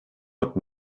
but